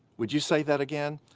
would you say that again?